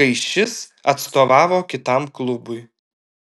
kai šis atstovavo kitam klubui